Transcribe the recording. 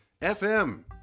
FM